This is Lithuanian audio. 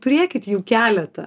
turėkit jau keletą